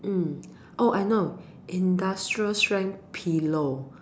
mm oh I know industrial strength pillow